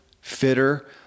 fitter